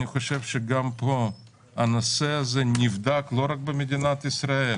אני חושב שגם פה הנושא הזה נבדק לא רק במדינת ישראל,